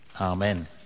Amen